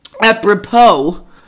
apropos